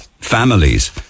families